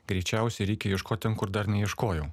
greičiausiai reikia ieškot ten kur dar neieškojau